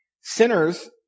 Sinners